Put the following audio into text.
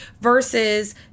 versus